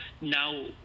now